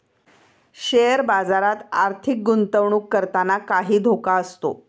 share बाजारात आर्थिक गुंतवणूक करताना काही धोका असतो